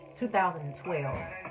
2012